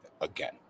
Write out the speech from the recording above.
again